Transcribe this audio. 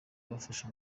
bafashe